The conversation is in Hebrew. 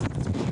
שנאמרו.